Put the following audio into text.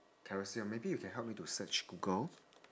colosseum maybe you can help me to search google